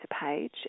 Page